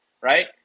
right